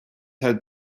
have